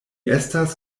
estas